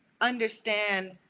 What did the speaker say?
understand